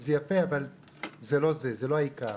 זה יפה, אבל זה לא העיקר.